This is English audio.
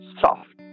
soft